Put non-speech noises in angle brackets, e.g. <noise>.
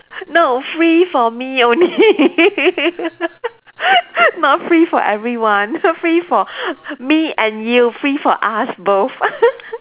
no free for me only <laughs> not free for everyone <laughs> free for <breath> me and you free for us both <laughs>